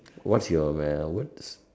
what's your words